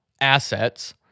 assets